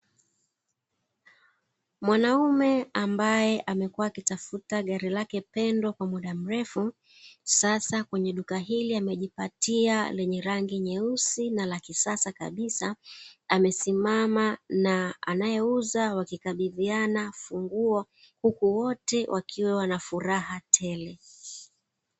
Mwanaume ambaye amekuwa akitafuta gari lake pendwa kwa muda mrefu, sasa kwenye duka hili amejipatia lenye rangi nyeusi na la kisasa kabisa, amesimama na anayeuza wakikabidhiana funguo huku wote wakiwa wana furaha tele.